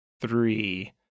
three